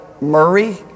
Murray